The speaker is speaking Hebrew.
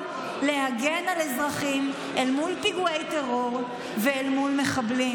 להגן על אזרחים אל מול פיגועי טרור ואל מול מחבלים.